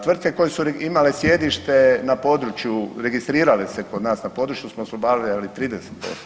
Tvrtke koje su imale sjedište na području, registrirale se kod nas, na području smo oslobađali, ali 30%